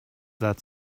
that